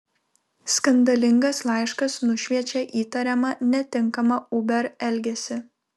skandalingas laiškas nušviečia įtariamą netinkamą uber elgesį